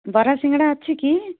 ବରା ସିଙ୍ଗଡ଼ା ଅଛି କି